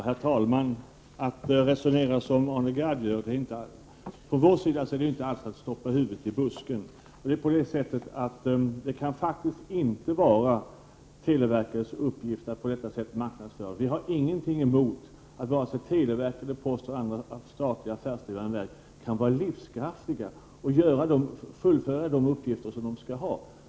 Herr talman! Att resonera som Arne Gadd gör är inte allt. Vi stoppar inte huvudet i busken. Men det kan faktiskt inte vara televerkets uppgift att på detta sätt marknadsföra sig. Vi har ingenting emot att vare sig televerket, posten eller andra statliga affärsdrivande verk är livskraftiga och fullgör sina uppgifter.